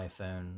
iphone